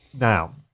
Now